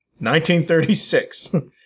1936